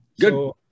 Good